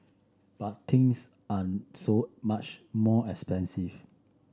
but things are so much more expensive